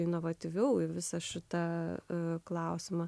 inovatyvių visą šitą klausimą